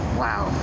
wow